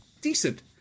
decent